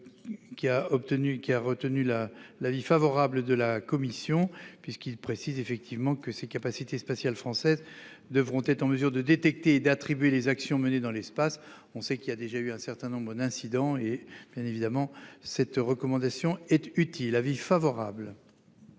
a recueilli l'avis favorable de la commission, puisqu'il tend à préciser que les capacités spatiales françaises futures devront être en mesure de détecter et d'attribuer les actions menées dans l'espace. On sait qu'il y a déjà eu un certain nombre d'incidents et cette recommandation est utile.